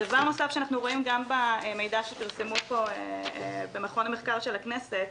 דבר נוסף שאנחנו רואים גם במידע שפרסמו במרכז המחקר של הכנסת,